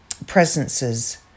presences